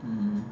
mm